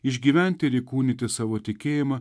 išgyventi ir įkūnyti savo tikėjimą